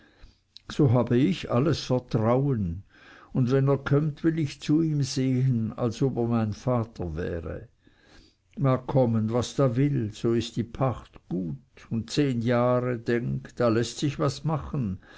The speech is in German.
so habe ich alles vertrauen und wenn er kömmt will ich zu ihm sehen als ob er mein vater wäre mag kommen was da will so ist die pacht gut und zehn jahre denk da läßt sich was machen